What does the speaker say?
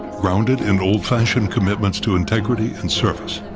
grounded in old-fashioned commitments to integrity and service.